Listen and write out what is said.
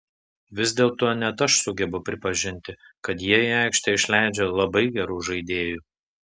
vis dėlto net aš sugebu pripažinti kad jie į aikštę išleidžia labai gerų žaidėjų